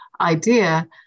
idea